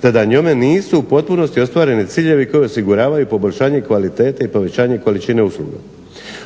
te da njome nisu u potpunosti ostvareni ciljevi koji osiguravaju poboljšanje kvalitete i povećanje količine usluga.